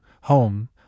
home